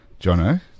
Jono